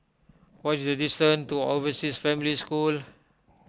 what is the distance to Overseas Family School